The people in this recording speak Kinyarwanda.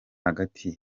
hagati